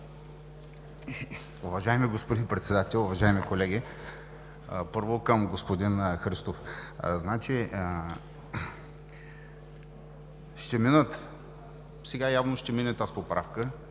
Уважаеми господин Председател, уважаеми колеги! Първо, към господин Христов. Значи, сега явно ще мине тази поправка,